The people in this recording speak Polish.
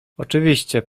oczywiście